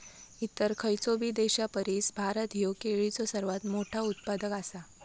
इतर खयचोबी देशापरिस भारत ह्यो केळीचो सर्वात मोठा उत्पादक आसा